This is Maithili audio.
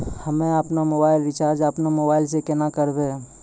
हम्मे आपनौ मोबाइल रिचाजॅ आपनौ मोबाइल से केना करवै?